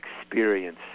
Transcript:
experience